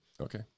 Okay